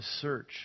search